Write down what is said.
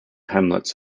hamlets